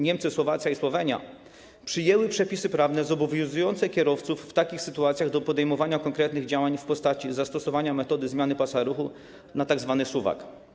Niemcy, Słowacja i Słowenia przyjęły przepisy prawne zobowiązujące kierowców w takich sytuacjach do podejmowania konkretnych działań w postaci zastosowania metody zmiany pasa ruchu na tzw. suwak.